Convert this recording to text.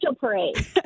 parade